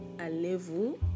allez-vous